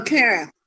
Karen